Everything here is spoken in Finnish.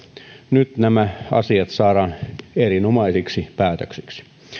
nyt nämä asiat saadaan erinomaisiksi päätöksiksi